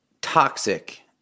toxic